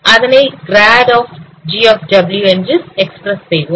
அதனை grad of g என்று express செய்வோம்